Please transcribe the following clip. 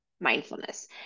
mindfulness